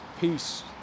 Peace